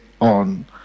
on